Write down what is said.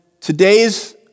today's